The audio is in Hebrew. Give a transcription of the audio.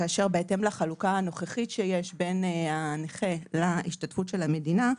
כאשר בהתאם לחלוקה הנוכחית שיש בין הנכה להשתתפות של המדינה,